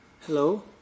Hello